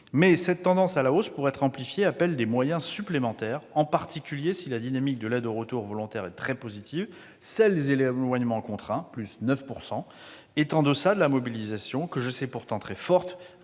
cette tendance à la hausse, pour être amplifiée, appelle des moyens supplémentaires. En particulier, si la dynamique de l'aide au retour volontaire est très positive, celle des éloignements contraints, en hausse de 9 %, est en deçà de la mobilisation, que je sais pourtant très forte,